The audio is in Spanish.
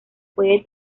puede